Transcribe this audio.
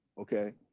Okay